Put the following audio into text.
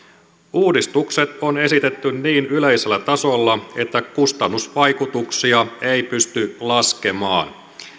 uudistukset on esitetty niin yleisellä tasolla että kustannusvaikutuksia ei pysty laskemaan